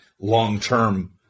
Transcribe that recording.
long-term